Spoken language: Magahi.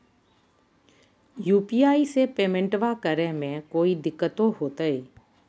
यू.पी.आई से पेमेंटबा करे मे कोइ दिकतो होते?